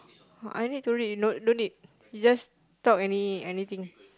!huh! I need to read you know no need you just talk any anything